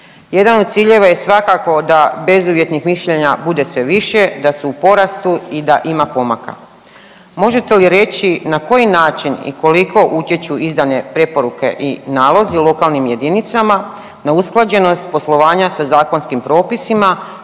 Jedan od ciljeva je svakako da bezuvjetnih mišljenja bude sve više, da su u porastu i da ima pomaka. Možete li reći na koji način i koliko utječu izdane preporuke i nalozi lokalnim jedinicama neusklađenost poslovanja sa zakonskim propisima